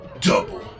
Double